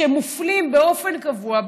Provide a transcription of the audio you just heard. שמופלים באופן קבוע,